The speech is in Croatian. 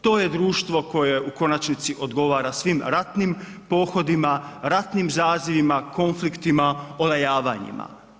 To je društvo koje u konačnici odgovara svim ratnim pohodima, ratnim zazivima, konfliktima, olajavanjima.